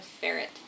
ferret